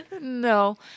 no